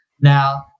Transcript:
Now